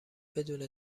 بدون